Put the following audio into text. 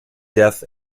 death